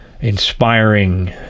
inspiring